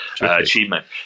achievement